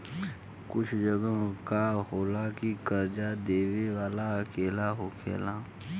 कुछ जगह पर का होला की कर्जा देबे वाला अकेला होखेला